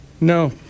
No